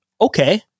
okay